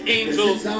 angels